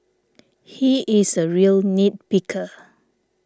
he is a real nit picker